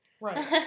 Right